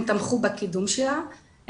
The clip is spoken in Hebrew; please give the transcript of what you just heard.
הם תמכו בקידום שלה,